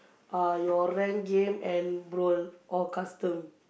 uh your rank game and brawl or custom